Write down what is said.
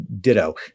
ditto